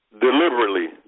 deliberately